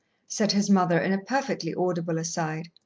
said his mother, in a perfectly audible aside.